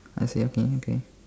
I see okay okay